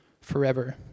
forever